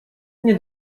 nie